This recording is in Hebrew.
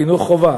"חינוך חובה".